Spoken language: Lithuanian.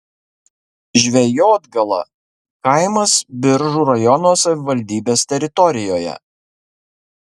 žvejotgala kaimas biržų rajono savivaldybės teritorijoje